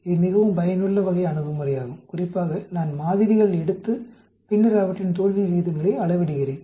இது மிகவும் பயனுள்ள வகை அணுகுமுறையாகும் குறிப்பாக நான் மாதிரிகள் எடுத்து பின்னர் அவற்றின் தோல்வி விகிதங்களை அளவிடுகிறேன்